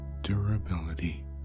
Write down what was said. durability